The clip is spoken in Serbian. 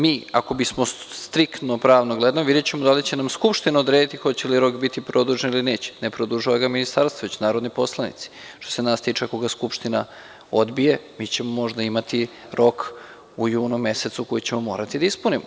Mi, ako bismo striktno pravno gledano, videćemo da li će nam Skupština odrediti hoće li rok biti produžen ili neće, ne produžava ga ministarstvo, već narodni poslanici, što se nas tiče ako ga Skupština odbije, možda ćemo imati rok u junu mesecu koji ćemo morati da ispunimo.